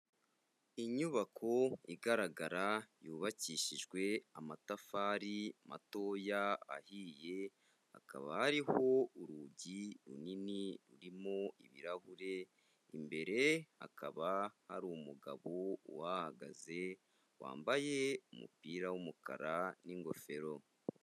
Inyubako igaragara yubakishijwe amatafari matoya ahiye, hakaba hariho urugi runini rurimo ibirahure, imbere hakaba hari umugabo uhahagaze wambaye umupira w'umukara n'ingofero.